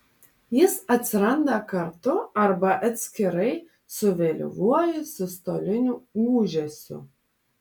jis atsiranda kartu arba atskirai su vėlyvuoju sistoliniu ūžesiu